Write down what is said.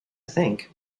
think